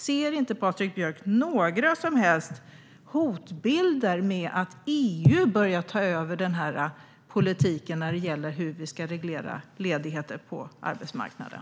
Ser inte Patrik Björck några som helst hotbilder i och med att EU börjar ta över denna politik när det gäller hur vi ska reglera ledigheter på arbetsmarknaden?